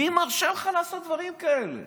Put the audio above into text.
מי מרשה לך לעשות דברים כאלה?